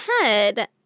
head